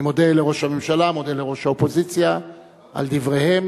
אני מודה לראש הממשלה ומודה לראש האופוזיציה על דבריהם.